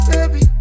Baby